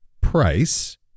price